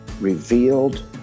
revealed